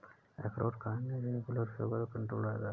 अखरोट खाने से ब्लड शुगर कण्ट्रोल रहता है